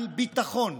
על ביטחון,